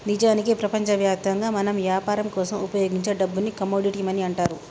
నిజానికి ప్రపంచవ్యాప్తంగా మనం యాపరం కోసం ఉపయోగించే డబ్బుని కమోడిటీ మనీ అంటారు